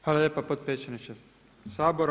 Hvala lijepa potpredsjedniče Sabora.